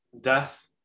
death